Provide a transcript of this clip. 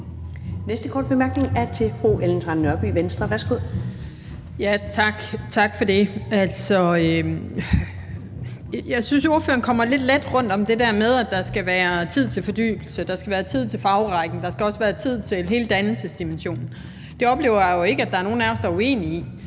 næste korte bemærkning er til fru Ellen Trane Nørby, Venstre. Værsgo. Kl. 14:28 Ellen Trane Nørby (V): Tak for det. Jeg synes, at ordføreren kommer lidt let rundt om det der med, at der skal være tid til fordybelse, at der skal være tid til fagrækken, og at der også skal være tid til hele dannelsesdimensionen. Det oplever jeg ikke at der er nogen af os der er uenige i,